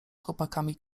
chłopakami